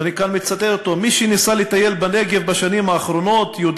ואני כאן מצטט אותו: מי שניסה לטייל בנגב בשנים האחרונות יודע